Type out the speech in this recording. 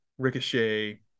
Ricochet